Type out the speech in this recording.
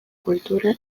kultura